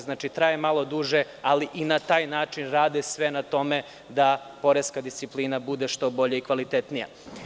Znači, traje malo duže, ali i na taj način rade, sve na tome da poreska disciplina bude što bolja i kvalitetnija.